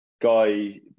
Guy